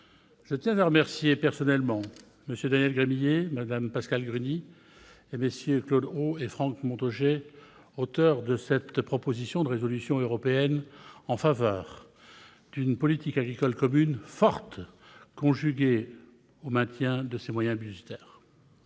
je tiens à remercier personnellement M. Daniel Gremillet, Mme Pascale Gruny et MM. Claude Haut et Franck Montaugé, auteurs de cette proposition de résolution européenne « en faveur d'une Politique agricole commune forte, conjuguée au maintien de ses moyens budgétaires